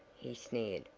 he sneered.